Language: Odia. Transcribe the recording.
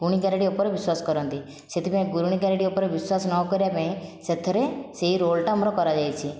ଗୁଣି ଗାରେଡ଼ି ଉପରେ ବିଶ୍ଵାସ କରନ୍ତି ସେଥିପାଇଁ ଗୁଣି ଗାରେଡ଼ି ଉପରେ ବିଶ୍ଵାସ ନକରିବା ପାଇଁ ସେଥିରେ ସେ ରୋଲ୍ଟା ଆମର କରାଯାଇଛି